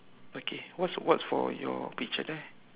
okay what's what's for your picture there